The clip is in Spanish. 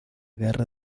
guerra